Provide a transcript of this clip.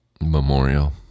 Memorial